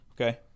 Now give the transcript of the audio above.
Okay